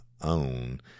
own